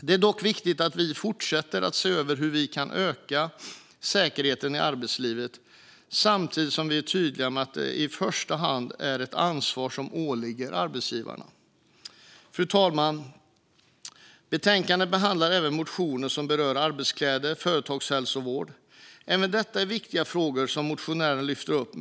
Det är dock viktigt att vi fortsätter att se över hur vi kan öka säkerheten i arbetslivet, samtidigt som vi är tydliga med att detta i första hand är ett ansvar som åligger arbetsgivarna. Fru talman! I betänkandet behandlas även motioner som rör arbetskläder och företagshälsovård. Även det är viktiga frågor som motionärerna lyfter upp.